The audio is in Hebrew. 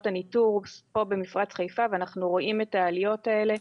הניטור במפרץ חיפה ואנחנו רואים את העליות האלה.